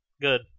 Good